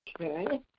Okay